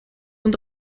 und